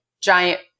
giant